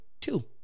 two